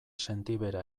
sentibera